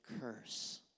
curse